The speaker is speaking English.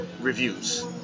reviews